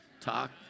talk